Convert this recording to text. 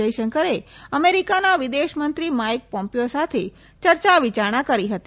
જથશંકરે અમેરિકાના વિદેશમંત્રી Mike Pompeo સાથે યર્યા વિચારણા કરી હતી